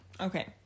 okay